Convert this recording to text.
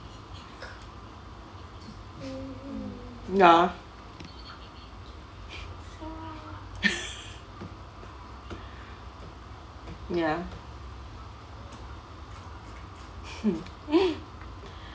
ya ya